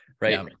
right